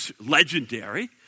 legendary